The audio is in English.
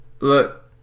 Look